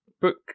book